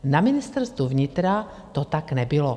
Na Ministerstvu vnitra to tak nebylo.